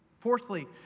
Fourthly